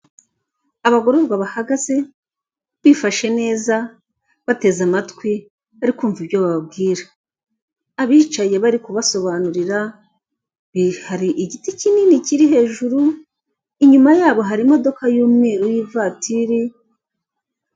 Abagororwa bahagaze bifashe neza bateze amatwi bari kumva ibyo bababwira abicaye bari kubasobanurira hari igiti kinini kiri hejuru inyuma yabo hari imodoka y'umweru y'ivatiri.